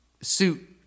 suit